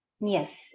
Yes